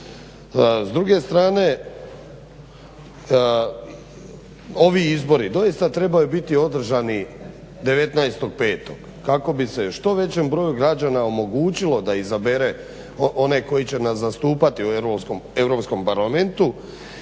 S druge strane, ovi izbori doista trebaju biti održani 19.05. kako bi se što većem broju građana omogućilo da izabere one koji će nas zastupati u Europskom parlamentu